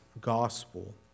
gospel